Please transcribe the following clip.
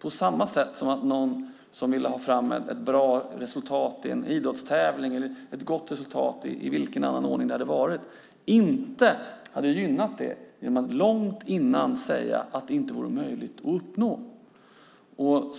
på samma sätt som att någon som ville ha fram ett bra resultat i en idrottstävling eller ett gott resultat i något annat sammanhang inte hade gynnat detta genom att långt i förväg säga att det inte vore möjligt att uppnå.